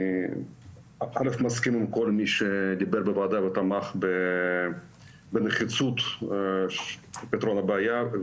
אני מסכים עם כל מי שדיבר ותמך בנחיצות פתרון הבעיה.